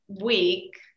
week